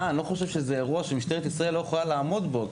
אני לא חושב שזה אירוע שמשטרת ישראל לא יכולה לעמוד בו.